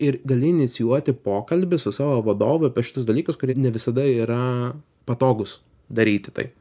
ir gali inicijuoti pokalbį su savo vadovu apie šituos dalykus kurie ne visada yra patogūs daryti tai